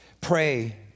pray